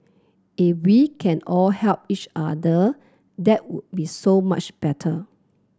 if we can all help each other that would be so much better